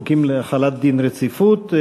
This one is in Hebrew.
חוקים להחלת דין רציפות.